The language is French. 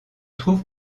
trouve